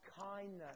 kindness